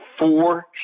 four